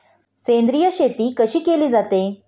सेंद्रिय शेती कशी केली जाते?